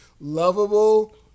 lovable